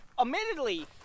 Admittedly